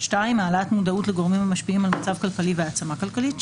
(2) העלאת מודעות לגורמים המשפיעים על מצב כלכלי והעצמה כלכלית,